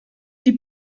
die